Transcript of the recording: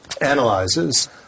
analyzes